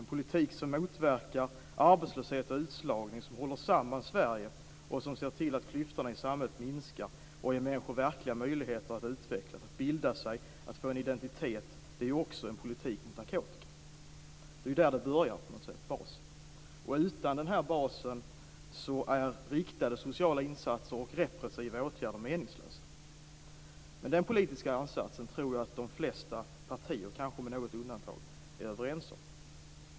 En politik som motverkar arbetslöshet och utslagning, som håller samman Sverige, som ser till att klyftorna i samhället minskar och ger människor verkliga möjligheter att utvecklas, bilda sig och få en identitet är också en politik mot narkotika. Det är ju där det börjar på något sätt. Det är basen. Utan den här basen är riktade sociala insatser och repressiva åtgärder meningslösa. Den politiska ansatsen tror jag att de flesta partier - kanske med något undantag - är överens om.